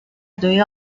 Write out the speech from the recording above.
دوی